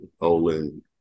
Olin